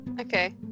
Okay